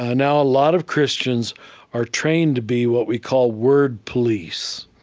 ah now, a lot of christians are trained to be what we call word police.